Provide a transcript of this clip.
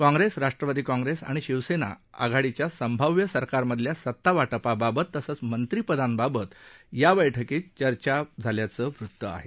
काँग्रेस राष्ट्रवादी काँग्रेस आणि शिवसेना आघाडीच्या संभाव्य सरकारमधल्या सत्ता वाटपाबाबत तसंच मंत्रीपदांबाबत या बैठकीत चर्चा झाल्याचं वृत्त आहे